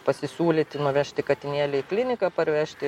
pasisiūlyti nuvežti katinėlį į kliniką parvežti